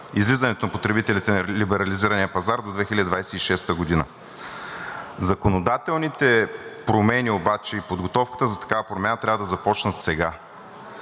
излизането на потребителите на либерализирания пазар до 2026 г. Законодателните промени обаче и подготовката за такава промяна трябва да започнат сега.